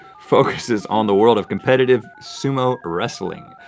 focuses on the world of competitive sumo wrestling.